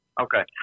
Okay